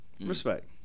Respect